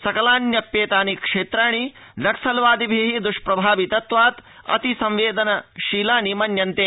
सकलान्यप्येतानि क्षेत्राणि नक्सल् वादिभि दुष्प्रभावितत्वा अतिसंवेदन शीलानि मन्यन्ते